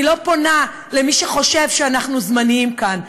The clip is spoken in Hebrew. אני לא פונה למי שחושב שאנחנו זמניים כאן,